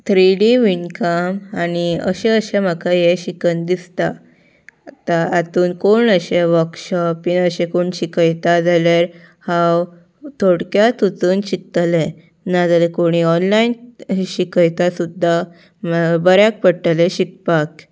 three D विनकम आनी अशें अशें म्हाका हें शिकन दिसता आतां हातून कोण अशें वर्कशॉप बीन अशें कोण शिकयता जाल्यार हांव थोडक्याच वचून शिकतलें नाजाल्यार कोणी ऑनलायन शिकयता सुद्दा बऱ्याक पडटलें शिकपाक